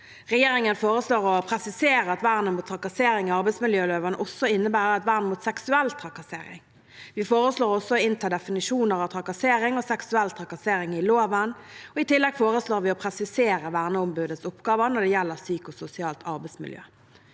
Regjeringen foreslår å presisere at vernet mot trakassering i arbeidsmiljøloven også innebærer et vern mot seksuell trakassering. Vi foreslår også å innta definisjoner av trakassering og seksuell trakassering i loven. I tillegg foreslår vi å presisere verneombudets oppgaver når det gjelder psykososialt arbeidsmiljø.